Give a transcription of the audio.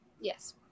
Yes